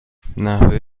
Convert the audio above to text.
نحوه